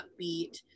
upbeat